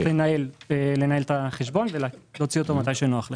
לנהל את החשבון ולמשוך אותו כאשר נוח לך.